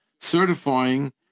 certifying